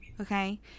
okay